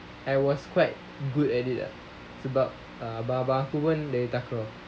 I was quite good at it ah sebab abang-abang aku pun dari takraw